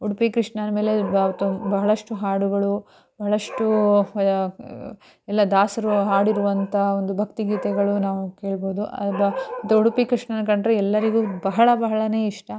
ಉಡುಪಿ ಕೃಷ್ಣನ ಮೇಲೆ ಬಹಳಷ್ಟು ಹಾಡುಗಳು ಬಹಳಷ್ಟು ಎಲ್ಲ ದಾಸರು ಹಾಡಿರುವಂಥಒಂದು ಭಕ್ತಿಗೀತೆಗಳು ನಾವು ಕೇಳ್ಬೋದು ಬ ಉಡುಪಿ ಕೃಷನ ಕಂಡರೆ ಎಲ್ಲರಿಗೂ ಬಹಳ ಬಹಳವೇ ಇಷ್ಟ